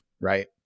right